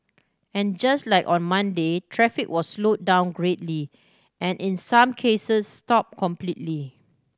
and just like on Monday traffic was slowed down greatly and in some cases stop completely